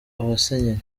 abasenyeri